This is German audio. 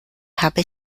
habe